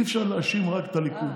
אי-אפשר להאשים רק את הליכוד.